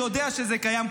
יודע שזה קיים,